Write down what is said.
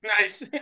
Nice